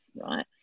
right